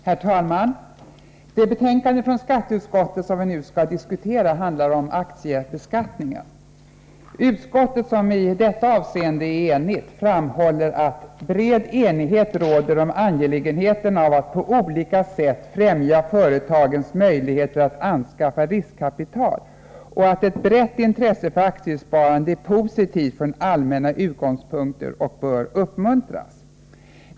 Herr talman! Det betänkande från skatteutskottet som vi nu skall diskutera handlar om aktiebeskattningen. Utskottet, som på denna punkt är enigt, framhåller att ”bred enighet råder om angelägenheten av att på olika sätt främja företagens möjligheter att anskaffa riskkapital och att ett brett intresse för aktiesparande är positivt från allmänna utgångspunkter och bör uppmuntras”.